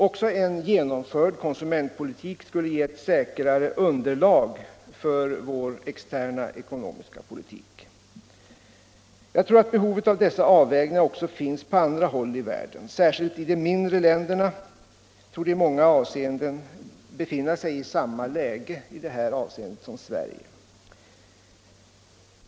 Också en genomförd konsumentpolitik skulle ge ett säkrare underlag för vår externa ekonomiska politik. Jag tror att behovet av dessa avvägningar också finns på andra håll i världen. Särskilt de mindre länderna torde i många avseenden befinna sig i samma läge som Sverige.